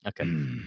okay